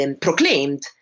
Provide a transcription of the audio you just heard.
proclaimed